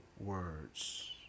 words